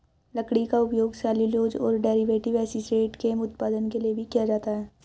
लकड़ी का उपयोग सेल्यूलोज और डेरिवेटिव एसीटेट के उत्पादन के लिए भी किया जाता है